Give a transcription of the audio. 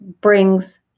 brings